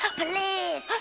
please